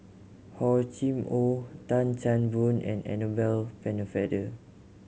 Hor Chim Or Tan Chan Boon and Annabel Pennefather